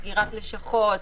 סגירת לשכות,